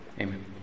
Amen